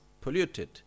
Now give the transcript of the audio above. polluted